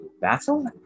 battle